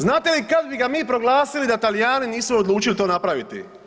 Znate li kada bi ga mi proglasili da Talijani nisu odlučili to napraviti?